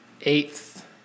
eighth